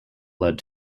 led